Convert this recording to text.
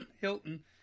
Hilton